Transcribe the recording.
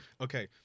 okay